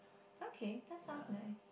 okay that sounds nice